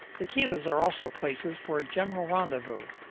the kivas are also places for general rendezvous,